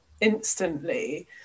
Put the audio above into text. instantly